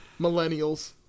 millennials